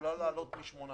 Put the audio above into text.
ולא לעלות מ-18.